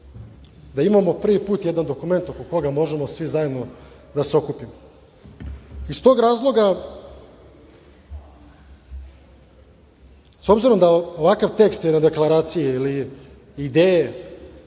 da imamo prvi put jedan dokument oko koga možemo svi zajedno da se okupimo. Iz tog razloga, s obzirom da ovakav tekst u deklaraciji ili ideje